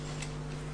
הציבור.